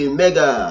mega